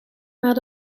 maar